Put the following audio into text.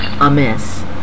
amiss